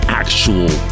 actual